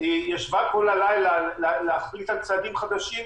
ישבה כל הלילה להחליט על צעדים חדשים,